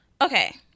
okay